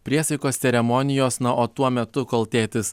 priesaikos ceremonijos na o tuo metu kol tėtis